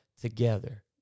together